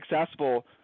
successful